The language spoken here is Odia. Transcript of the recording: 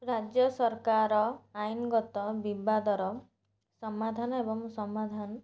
ରାଜ୍ୟ ସରକାର ଆଇନଗତ ବିବାଦର ସମାଧାନ ଏବଂ ସମାଧାନ